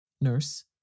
Nurse